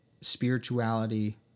spirituality